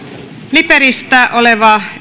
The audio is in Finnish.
liperistä oleva